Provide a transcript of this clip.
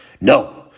No